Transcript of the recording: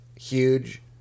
huge